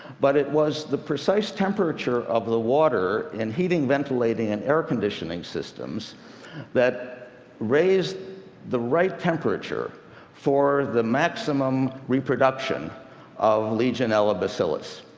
but it was the precise temperature of the water in heating, ventilating and air conditioning systems that raised the right temperature for the maximum reproduction of legionella bacillus.